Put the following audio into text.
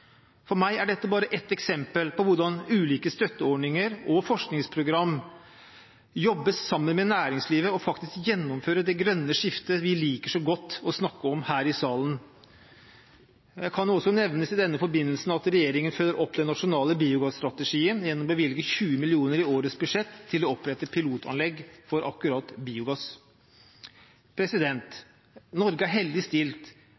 For meg er dette bare ett eksempel på hvordan ulike støtteordninger og forskningsprogram jobber sammen med næringslivet og faktisk gjennomfører det grønne skiftet vi liker så godt å snakke om her i salen. Det kan også nevnes i denne forbindelsen at regjeringen følger opp den nasjonale biogasstrategien gjennom å bevilge 20 mill. kr i årets budsjett til å opprette pilotanlegg for akkurat biogass. Norge er heldig stilt